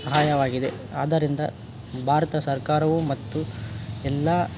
ಸಹಾಯವಾಗಿದೆ ಆದ್ದರಿಂದ ಭಾರತ ಸರ್ಕಾರವು ಮತ್ತು ಎಲ್ಲ